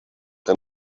and